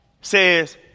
Says